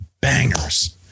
bangers